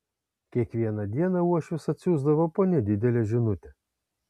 kiekvieną dieną uošvis atsiųsdavo po nedidelę žinutę